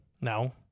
No